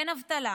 אין אבטלה